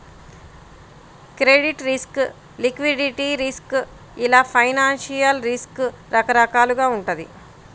credit risk, liquidity risk ఇలా financial risk రకరకాలుగా వుంటది